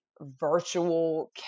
virtual